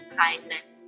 kindness